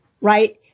right